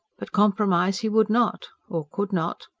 but compromise he would not. or could not.